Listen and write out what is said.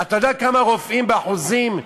אתה יודע כמה רופאים ערבים, באחוזים,